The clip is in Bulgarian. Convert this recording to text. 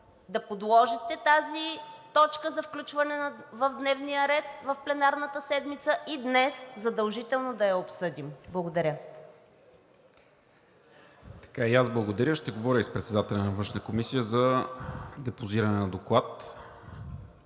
да подложите тази точка за включване в дневния ред в пленарната седмица и днес задължително да я обсъдим. Благодаря. ПРЕДСЕДАТЕЛ НИКОЛА МИНЧЕВ: И аз благодаря. Ще говоря и с председателя на Външната комисия за депозиране на доклад